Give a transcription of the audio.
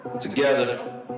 together